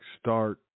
start